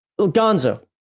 Gonzo